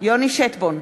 יוני שטבון,